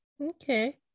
Okay